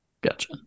Gotcha